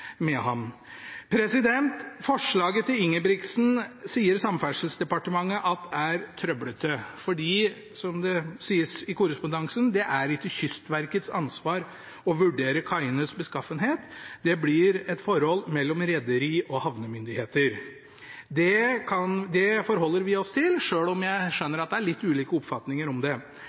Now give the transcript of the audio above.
Mehamn. Forslaget til Ingebrigtsen er trøblete, sier Samferdselsdepartementet, fordi – som det sies i korrespondansen – det er ikke Kystverkets ansvar å vurdere kaienes beskaffenhet. Det blir et forhold mellom rederi og havnemyndigheter. Det forholder vi oss til, selv om jeg skjønner at det er litt ulike oppfatninger om det.